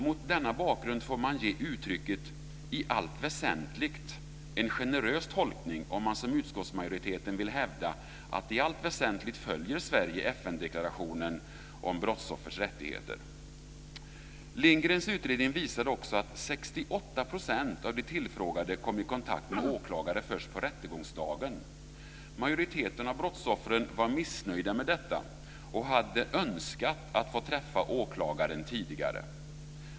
Mot denna bakgrund får man ge uttrycket "i allt väsentligt" en generös tolkning om man som utskottsmajoriteten vill hävda att Sverige i allt väsentligt följer FN-deklarationen om brottsoffers rättigheter. Lindgrens utredning visade också att 68 % av de tillfrågade kom i kontakt med åklagare först på rättegångsdagen. Majoriteten av brottsoffren var missnöjda med detta och hade önskat att få träffa åklagaren tidigare.